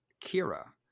Kira